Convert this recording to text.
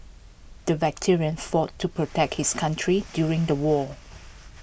the veteran fought to protect his country during the war